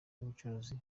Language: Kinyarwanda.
n’ubucuruzi